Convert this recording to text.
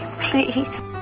please